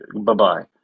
bye-bye